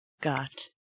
got